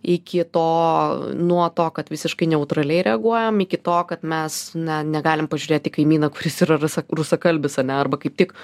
iki to nuo to kad visiškai neutraliai reaguojam iki to kad mes na negalim pažiūrėti į kaimyną kuris yra rusa rusakalbis ar ne arba kaip tik